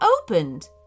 opened